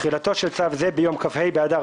תחילה תחילתו של צו זה ביום כ"ה באדר